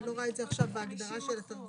אבל אני לא רואה את זה עכשיו בהגדרה של התרגום.